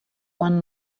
one